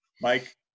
Mike